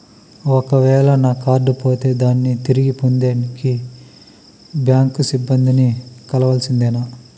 ఒక వేల నా కార్డు పోతే దాన్ని తిరిగి పొందేకి, బ్యాంకు సిబ్బంది ని కలవాల్సిందేనా?